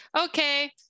Okay